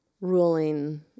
ruling